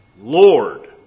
Lord